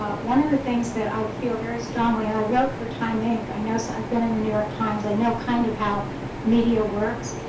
ah one of the things that i feel very strongly and i wrote for time inc. i know so, i've been in the new york times. i know kind of how media works.